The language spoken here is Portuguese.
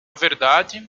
verdade